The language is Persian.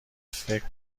فکر